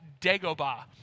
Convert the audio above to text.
Dagobah